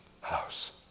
house